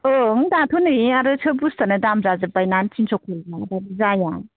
औ दाथ' नै आरो सोब बुस्थुआनो दाम जाजोब्बायना थिनस' खरि नङाबाबो जाया